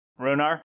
Runar